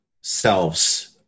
selves